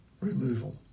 removal